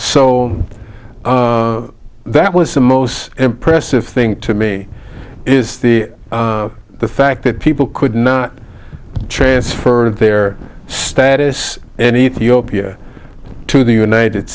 so that was the most impressive thing to me is the fact that people could not transfer their status and ethiopia to the united